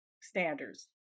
standards